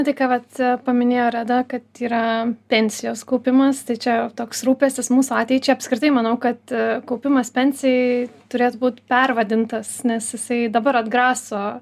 tai ką vat paminėjo reda kad yra pensijos kaupimas tai čia toks rūpestis mūsų ateičiai apskritai manau kad kaupimas pensijai turėtų būt pervadintas nes jisai dabar atgraso